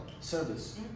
service